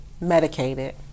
medicated